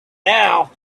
now